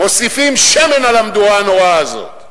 מוסיפים שמן על המדורה הנוראה הזאת.